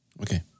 Okay